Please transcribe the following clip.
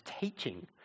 teaching